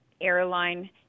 airline